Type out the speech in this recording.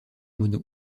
monod